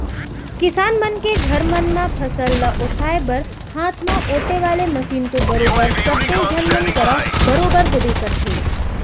किसान मन के घर मन म फसल ल ओसाय बर हाथ म ओेटे वाले मसीन तो बरोबर सब्बे झन मन करा बरोबर होबे करथे